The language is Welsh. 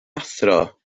athro